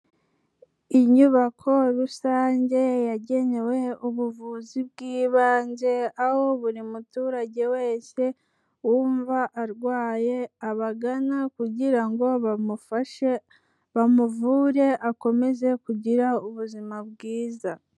Inyubako rusange yagenewe ubuvuzi bw'ibanze, aho buri muturage wese wumva arwaye abagana kugira ngo bamufashe, bamuvure akomeze kugira ubuzima bwiza.